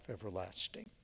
everlasting